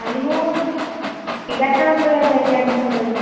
କାଲି ମୁଁ ଏଗାରଟା ବେଳେ ଯାଇକି ଆଡ଼୍ମିଶନ୍ କରିବି